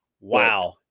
Wow